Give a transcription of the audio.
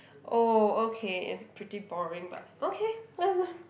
oh okay it's pretty boring but okay